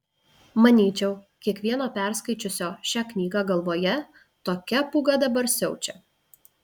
manyčiau kiekvieno perskaičiusio šią knygą galvoje tokia pūga dabar siaučia